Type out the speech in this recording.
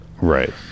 Right